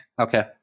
okay